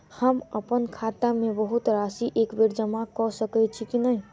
हम अप्पन खाता मे बहुत राशि एकबेर मे जमा कऽ सकैत छी की नै?